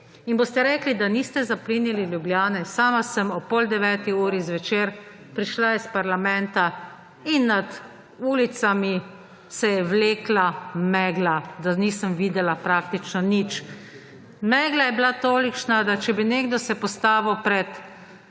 Ali boste rekli, da niste zaplinili Ljubljane? Sama sem ob pol deveti uri zvečer prišla iz parlamenta in nad ulicami se je vlekla megla, da nisem videla praktično nič. Megla je bila tolikšna, da če bi se nekdo postavil pred